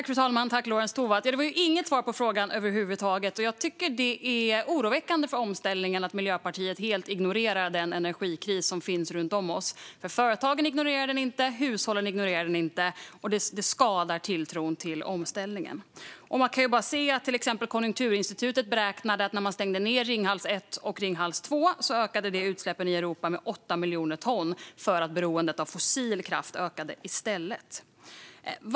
Fru talman! Det var inget svar på frågan över huvud taget. Jag tycker att det är oroväckande för omställningen att Miljöpartiet helt ignorerar den energikris som finns runt om oss. Företagen ignorerar den inte. Hushållen ignorerar den inte. Det skadar också tilltron till omställningen. Exempelvis beräknade Konjunkturinstitutet att när man stängde ned Ringhals 1 och Ringhals 2 ökade det utsläppen i Europa med 8 miljoner ton eftersom behovet av fossil kraft ökade i stället.